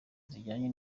zijyanye